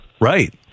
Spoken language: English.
Right